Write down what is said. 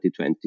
2020